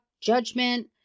judgment